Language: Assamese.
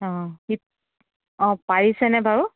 অঁ সি পাৰিছে নে বাৰু